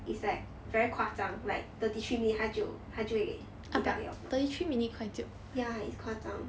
it's like very 夸张 like thirty three minutes 他就他就会 deduct your marks ya it's 夸张